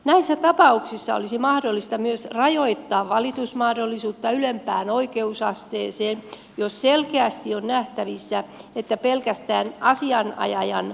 näissä tapauksissa olisi mahdollista myös rajoittaa valitusmahdollisuutta ylempään oikeusasteeseen jos selkeästi on nähtävissä että pelkästään asianajajan intressi on tehdä valitus